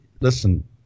Listen